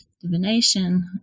divination